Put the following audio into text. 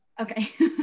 Okay